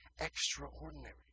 extraordinary